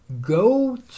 go